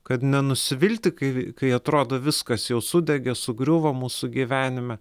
kad nenusivilti kai kai atrodo viskas jau sudegė sugriuvo mūsų gyvenime